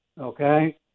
okay